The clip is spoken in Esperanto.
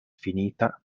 finita